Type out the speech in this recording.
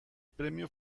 premio